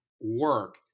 work